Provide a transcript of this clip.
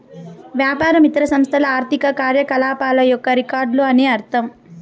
వ్యాపారం ఇతర సంస్థల ఆర్థిక కార్యకలాపాల యొక్క రికార్డులు అని అర్థం